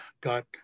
got